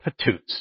patoots